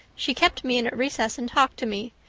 she kept me in at recess and talked to me.